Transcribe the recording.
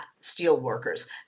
Steelworkers